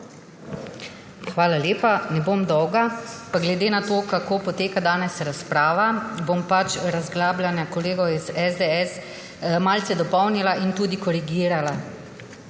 Hvala lepa. Ne bom dolga. Glede na to, kako poteka danes razprava, bom razglabljanja kolegov iz SDS malce dopolnila in tudi korigirala.